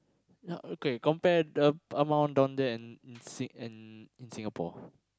not okay compare the amount down there and in Sing~ in in Singapore